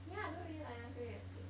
ya I don't really like 那个月饼